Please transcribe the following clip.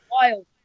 wild